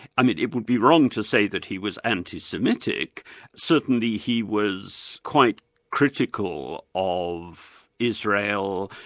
i mean it would be wrong to say that he was anti-semitic certainly he was quite critical of israel.